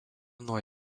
nuo